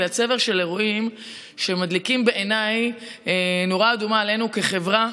בגלל צבר אירועים שמדליקים בעיניי נורה אדומה עלינו כחברה: